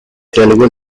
telugu